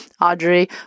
Audrey